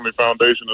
foundation